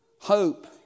Hope